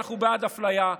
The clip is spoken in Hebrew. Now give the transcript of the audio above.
אנחנו בעד אפליה,